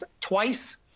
twice